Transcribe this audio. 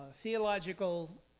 theological